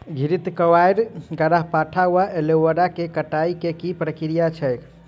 घृतक्वाइर, ग्यारपाठा वा एलोवेरा केँ कटाई केँ की प्रक्रिया छैक?